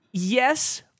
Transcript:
Yes